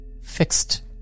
fixed